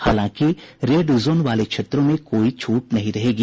हालांकि red zone वाले क्षेत्रों में कोई छूट नहीं रहेगी